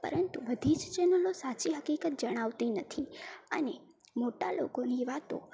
પરંતુ બધી જ ચેનલો સાચી હકીકત જણાવતી નથી અને મોટા લોકોની વાતો